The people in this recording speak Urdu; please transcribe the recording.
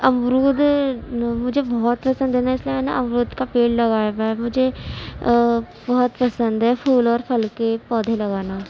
امرود نا مجھے بہت پسند ہے نا اس لیے میں نے امرود کا پیڑ لگایا ہوا ہے مجھے بہت پسند ہے پھول اور پھل کے پودے لگانا